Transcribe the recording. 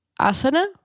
asana